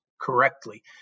correctly